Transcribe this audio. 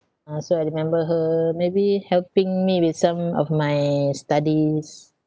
ah so I remember her maybe helping me with some of my studies